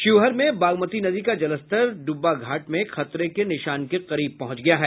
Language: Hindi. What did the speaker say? शिवहर में बागमती नदी का जलस्तर डूबा घाट में खतरे के निशान के करीब पहुंच गया है